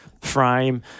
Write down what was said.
frame